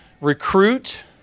recruit